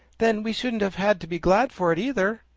then we shouldn't have had to be glad for it, either.